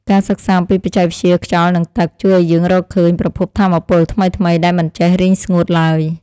ការសិក្សាអំពីបច្ចេកវិទ្យាខ្យល់និងទឹក ជួយឱ្យយើងរកឃើញប្រភពថាមពលថ្មីៗដែលមិនចេះរីងស្ងួតឡើយ។